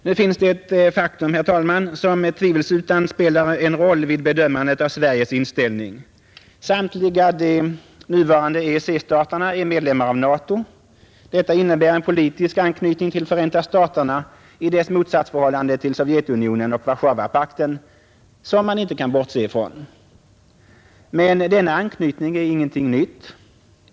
Nu finns det ett faktum, herr talman, som tvivelsutan spelar en roll vid bedömandet av Sveriges inställning: samtliga de nuvarande EEC-staterna är medlemmar av NATO. Detta innebär en politisk anknytning till Förenta staterna i dess motsatsförhållande till Sovjetunionen och Warszawapakten, som man inte kan bortse från. Men denna anknytning är ingenting nytt.